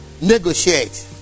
negotiate